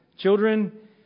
Children